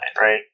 right